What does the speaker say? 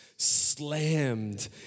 slammed